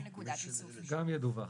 גם ידווח.